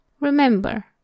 Remember